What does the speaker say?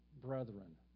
brethren